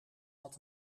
had